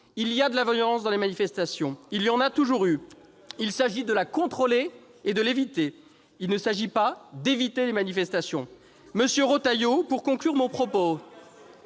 Il y a de la violence dans les manifestations. Il y en a toujours eu. Il s'agit de la contrôler et de l'éviter. Il ne s'agit pas d'éviter les manifestations. Ce n'est pas l'objectif ! Monsieur Retailleau, pour conclure mon propos,